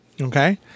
Okay